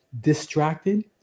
distracted